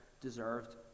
deserved